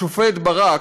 השופט ברק,